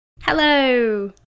Hello